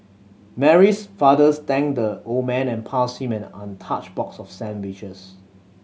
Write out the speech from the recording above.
Mary's father's thanked the old man and passed him an untouched box of sandwiches